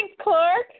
Clark